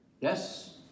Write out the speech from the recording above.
Yes